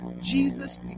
Jesus